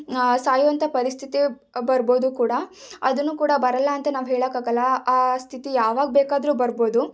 ಸಾಯುವಂಥ ಪರಿಸ್ಥಿತಿ ಬರ್ಬೋದು ಕೂಡ ಅದನ್ನು ಕೂಡ ಬರಲ್ಲ ಅಂತ ನಾವು ಹೇಳೋಕಾಗಲ್ಲ ಆ ಸ್ಥಿತಿ ಯಾವಾಗ ಬೇಕಾದರೂ ಬರ್ಬೋದು